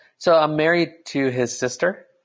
so i'm married to his sister,